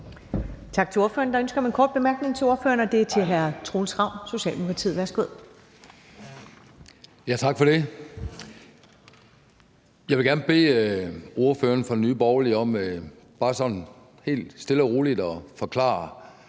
Tak til ordføreren. Der er ønske om en kort bemærkning til ordføreren. Hr. Troels Ravn, Socialdemokratiet, værsgo. Kl. 13:33 Troels Ravn (S): Tak for det. Jeg vil gerne bede ordføreren for Nye Borgerlige om bare sådan helt stille og roligt at forklare,